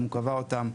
אם הוא קבע אותם,